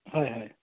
হয় হয়